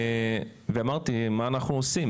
ואמרתי מה אנחנו עושים,